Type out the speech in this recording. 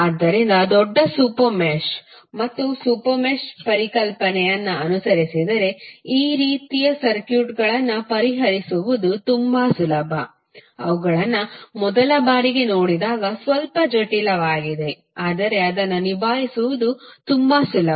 ಆದ್ದರಿಂದ ದೊಡ್ಡ super mesh ಮತ್ತು ಸೂಪರ್ ಮೆಶ್ ಪರಿಕಲ್ಪನೆಯನ್ನು ಅನುಸರಿಸಿದರೆ ಈ ರೀತಿಯ ಸರ್ಕ್ಯೂಟ್ಗಳನ್ನು ಪರಿಹರಿಸುವುದು ತುಂಬಾ ಸುಲಭ ಅವುಗಳನ್ನು ಮೊದಲ ಬಾರಿಗೆ ನೋಡಿದಾಗ ಸ್ವಲ್ಪ ಜಟಿಲವಾಗಿದೆ ಆದರೆ ಅದನ್ನು ನಿಭಾಯಿಸುವುದು ತುಂಬಾ ಸುಲಭ